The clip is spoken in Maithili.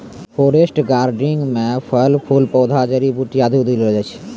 फॉरेस्ट गार्डेनिंग म फल फूल पौधा जड़ी बूटी आदि उगैलो जाय छै